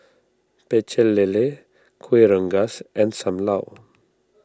Pecel Lele Kueh Rengas and Sam Lau